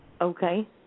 Okay